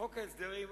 מחוק ההסדרים,